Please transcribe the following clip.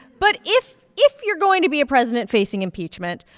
but if if you're going to be a president facing impeachment,